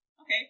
Okay